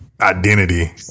identity